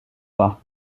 pas